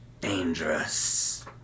dangerous